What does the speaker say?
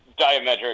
diametric